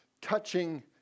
Touching